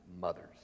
mothers